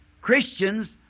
Christians